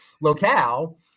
locale